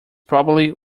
probably